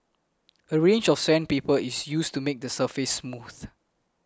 a range of sandpaper is used to make the surface smooth